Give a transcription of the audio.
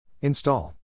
Install